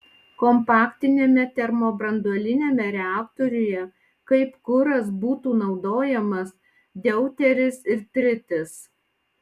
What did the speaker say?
kompaktiniame termobranduoliniame reaktoriuje kaip kuras būtų naudojamas deuteris ir tritis